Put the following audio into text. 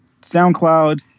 SoundCloud